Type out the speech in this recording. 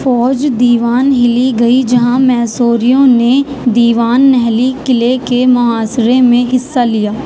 فوج دیوان ہلی گئی جہاں میسوریوں نے دیوان نہلی قلعے کے محاصرے میں حصہ لیا